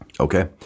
Okay